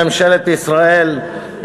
ממשלת ישראל,